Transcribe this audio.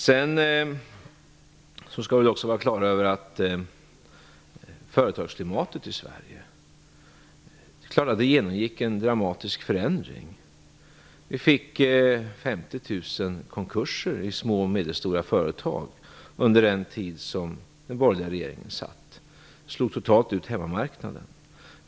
Vi skall också vara klara över att företagsklimatet i Sverige genomgick en dramatisk förändring. Vi fick 50 000 konkurser i små och medelstora företag under den borgerliga regeringens tid. Detta slog totalt ut hemmamarknaden.